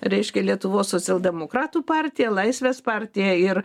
reiškia lietuvos socialdemokratų partija laisvės partija ir